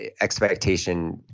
expectation